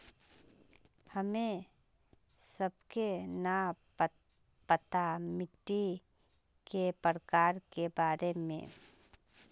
हमें सबके न पता मिट्टी के प्रकार के बारे में?